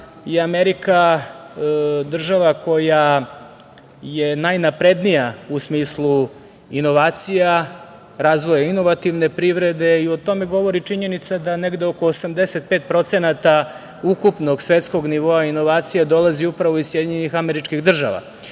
je Amerika država koja je najnaprednija u smislu inovacija, razvoja inovativne privrede i o tome govori činjenica da negde oko 85% ukupnog svetskog nivoa inovacija dolazi upravo iz SAD, da